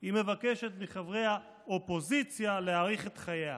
היא מבקשת מחברי האופוזיציה להאריך את חייה.